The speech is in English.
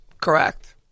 Correct